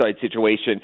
situation